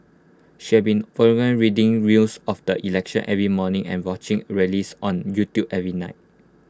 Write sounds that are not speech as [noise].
she had been [unintelligible] reading rails of the election every morning and watching rallies on YouTube every night